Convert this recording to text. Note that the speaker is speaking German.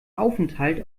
aufenthalt